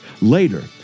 later